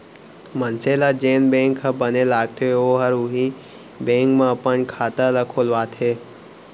मनसे ल जेन बेंक ह बने लागथे ओहर उहीं बेंक म अपन खाता ल खोलवाथे